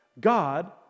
God